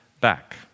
back